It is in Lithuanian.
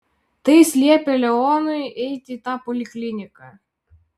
tai jis liepė leonui eiti į tą polikliniką